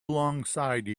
alongside